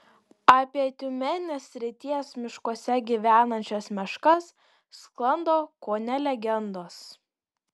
apie tiumenės srities miškuose gyvenančias meškas sklando kone legendos